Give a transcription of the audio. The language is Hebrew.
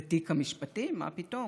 ותיק המשפטים, מה פתאום?